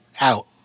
out